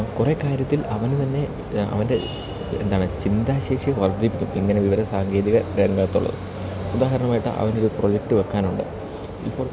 കുറെ കാര്യത്തിൽ അവന് തന്നെ അവൻ്റെ എന്താണ് ചിന്താശേഷി വർദ്ധിപ്പിക്കും ഇങ്ങനെ വിവര സാങ്കേതിക രംഗത്തുള്ളത് ഉദാഹരണമായിട്ട് അവനൊരു പ്രൊജക്റ്റ് വെക്കാനുണ്ട് ഇപ്പോൾ